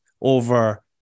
over